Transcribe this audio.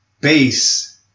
base